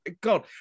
God